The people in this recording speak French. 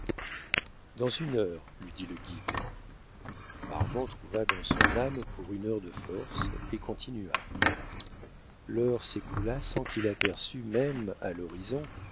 dans une heure lui dit le guide armand trouva dans son âme pour une heure de force et continua l'heure s'écoula sans qu'il aperçût même à l'horizon